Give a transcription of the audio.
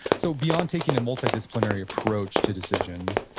so, beyond taking a multidisciplinary approach to decisions,